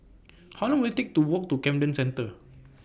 How Long Will IT Take to Walk to Camden Centre